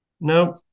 No